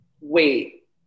Wait